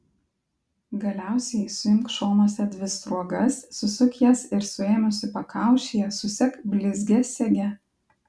galiausiai suimk šonuose dvi sruogas susuk jas ir suėmusi pakaušyje susek blizgia sege